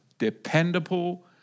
dependable